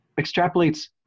extrapolates